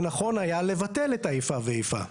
הנכון היה לבטל את האיפה ואיפה,